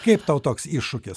kaip tau toks iššūkis